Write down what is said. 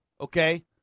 okay